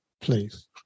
please